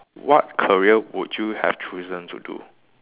what career would you have chosen to do